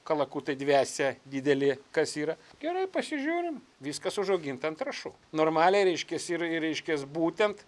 kalakutai dvesia dideli kas yra gerai pasižiūrim viskas užauginta ant trąšų normaliai reiškias ir ir reiškias būtent